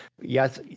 Yes